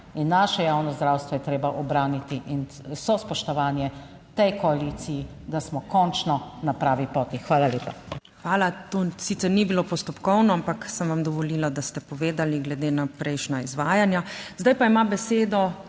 naše javno zdravstvo je treba ubraniti in vso spoštovanje tej koaliciji, da smo končno na pravi poti. Hvala lepa.